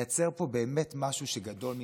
לייצר פה באמת משהו שגדול ממך,